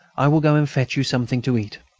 i will go and fetch you something to eat.